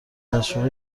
تشویق